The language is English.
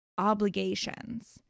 obligations